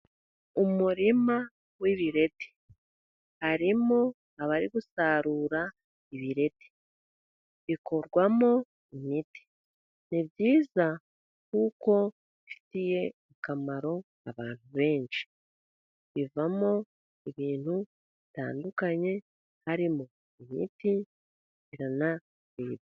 Umurima w'ibireti, harimo abari gusarura ibireti. Bikorwamo imiti. Ni byiza kuko bifitiye akamaro abantu benshi. Bivamo ibintu bitandukanye harimo imiti...